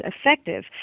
effective